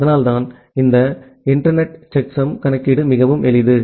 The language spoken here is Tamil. அதனால்தான் இந்த இணைய செக்சம் கணக்கீடு மிகவும் எளிது